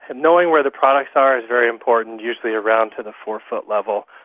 and knowing where the products are is very important, usually around to the four-foot level,